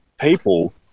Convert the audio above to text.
people